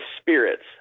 spirits